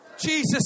Jesus